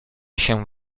się